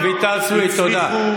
רויטל סויד,